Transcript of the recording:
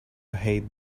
hate